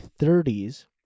30s